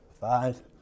five